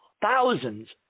thousands